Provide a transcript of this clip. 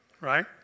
Right